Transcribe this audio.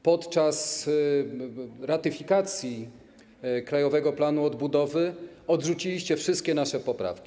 Podczas ratyfikacji Krajowego Planu Odbudowy odrzuciliście wszystkie nasze poprawki.